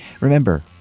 Remember